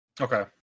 Okay